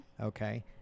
okay